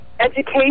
education